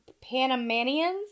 Panamanians